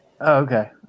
okay